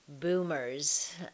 boomers